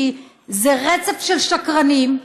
כי זה רצף של שקרנים,